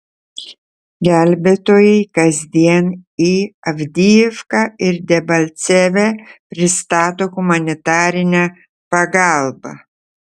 gelbėtojai kasdien į avdijivką ir debalcevę pristato humanitarinę pagalbą